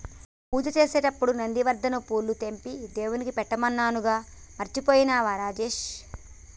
పూజ చేసేటప్పుడు నందివర్ధనం పూలు తెంపి దేవుడికి పెట్టమన్నానుగా మర్చిపోయినవా రాకేష్